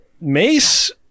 Mace